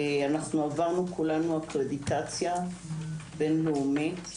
אנחנו עברנו אקרדיטציה בין-לאומית,